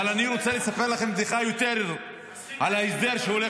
אבל אני רוצה לספר לכם בדיחה על ההסדר שהולך